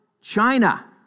China